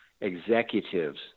executives